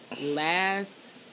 last